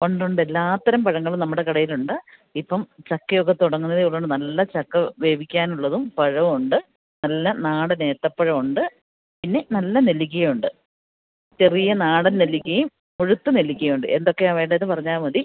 ഉണ്ട് ഉണ്ട് എല്ലാത്തരം പഴങ്ങളും നമ്മുടെ കടയിലുണ്ട് ഇപ്പം ചക്കയൊക്കെ തുടങ്ങുന്നതേ ഉള്ളത്കൊണ്ട് നല്ല ചക്ക വേവിക്കാനുള്ളതും പഴവും നല്ല നാടൻ ഏത്തപ്പഴം ഉണ്ട് പിന്നെ നല്ല നെല്ലിക്കയുണ്ട് ചെറിയ നാടന് നെല്ലിക്കയും മുഴുത്ത നെല്ലിക്കയുണ്ട് എന്തൊക്കെയാണ് വേണ്ടത് എന്ന് പറഞ്ഞാൽ മതി